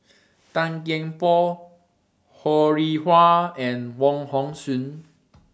Tan Kian Por Ho Rih Hwa and Wong Hong Suen